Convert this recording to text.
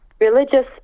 religious